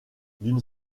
d’une